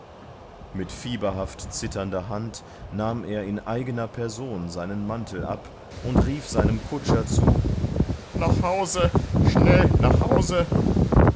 mit fieberhafter zitternder hand nahm er in eigner person seinen mantel ab und rief seinem kutscher zu nach hause schnell nach hause